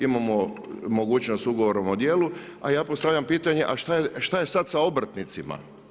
Imamo mogućnost ugovorom o djelu, a ja postavljam pitanje a šta je sad sa obrtnicima?